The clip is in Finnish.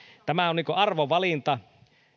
tämä on arvovalinta